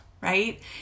right